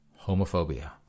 homophobia